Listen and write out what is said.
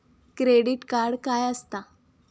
Credit card काय असता?